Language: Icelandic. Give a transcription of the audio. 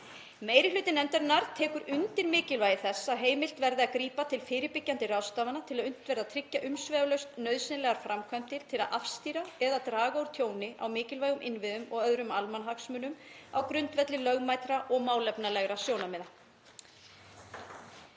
Meiri hluti nefndarinnar tekur undir mikilvægi þess að heimilt verði að grípa til fyrirbyggjandi ráðstafana til að unnt verði að tryggja umsvifalaust nauðsynlegar framkvæmdir til að afstýra eða draga úr tjóni á mikilvægum innviðum og öðrum almannahagsmunum á grundvelli lögmætra og málefnalegra sjónarmiða.